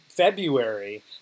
February